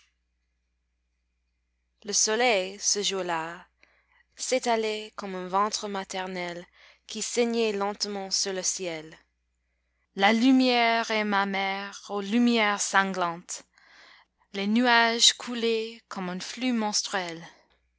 le soleil ce jour-là s'étalait comme un ventre maternel qui saignait lentement sur le ciel la lumière est ma mère ô lumière sanglante les nuages coulaient comme un flux menstruel